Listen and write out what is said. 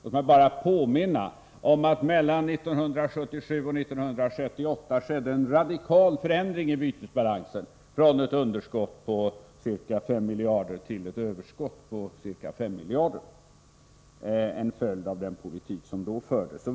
Låt mig bara påminna om att mellan 1977 och 1978 skedde en radikal förändring i bytesbalansen från ett underskott på ca 5 miljarder till ett överskott på ca 5 miljarder — en följd av den politik som då fördes.